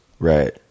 Right